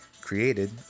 created